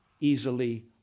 easily